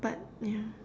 but yeah